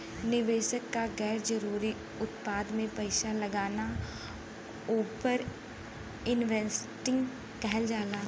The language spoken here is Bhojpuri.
निवेशक क गैर जरुरी उत्पाद में पैसा लगाना ओवर इन्वेस्टिंग कहल जाला